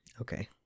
Okay